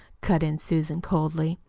cut in susan coldly.